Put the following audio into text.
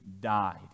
died